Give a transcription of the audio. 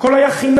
הכול היה חינם.